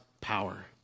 power